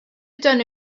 done